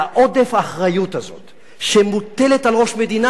לעודף האחריות הזה שמוטל על ראש מדינה,